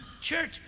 church